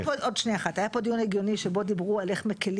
היה פה דיון הגיוני שבו דיברו איך מקלים